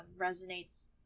resonates